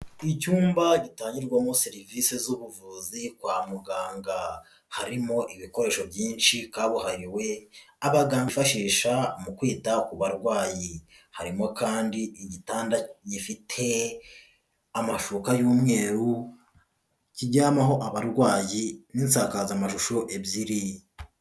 Icyumba gitangirwamo serivisi z'ubuvuzi kwa muganga, harimo ibikoresho byinshi kabuhariwe abaganga bifashisha mu kwita ku barwayi, harimo kandi igitanda gifite amashuka y'umweru kijyamaho abarwayi n'insakazamashusho ebyiri.